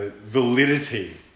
validity